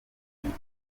bintu